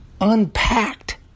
unpacked